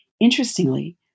Interestingly